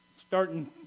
starting